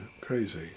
crazy